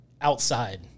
outside